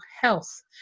health